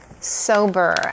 sober